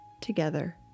together